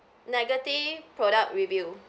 negative product review